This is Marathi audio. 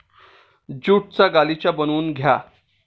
ज्यूटचा गालिचा बनवून घ्या